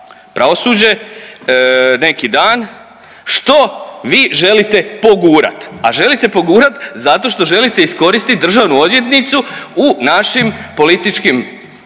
pravosuđe neki dan što vi želite pogurat, a želite pogurat zato što želite iskoristit državnu odvjetnicu u našim političkim